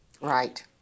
Right